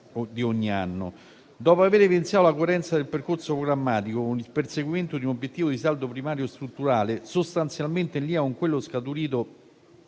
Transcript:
di ogni anno. Dopo aver evidenziato la coerenza del percorso programmatico con il perseguimento di un obiettivo di saldo primario strutturale, sostanzialmente in linea con quello scaturito